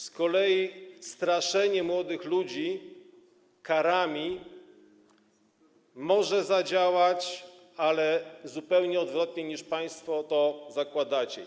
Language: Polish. Z kolei straszenie młodych ludzi karami może zadziałać, ale zupełnie odwrotnie, niż państwo to zakładacie.